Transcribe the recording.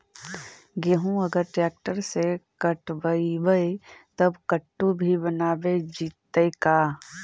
गेहूं अगर ट्रैक्टर से कटबइबै तब कटु भी बनाबे जितै का?